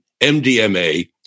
MDMA